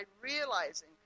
realizing